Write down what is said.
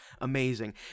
amazing